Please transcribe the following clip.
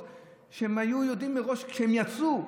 ואם הם היו יודעים עליהן מראש כשהם יצאו,